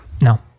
no